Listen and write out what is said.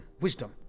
wisdom